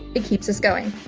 it keeps us going.